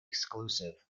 exclusive